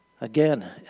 Again